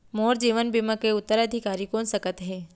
मोर जीवन बीमा के उत्तराधिकारी कोन सकत हे?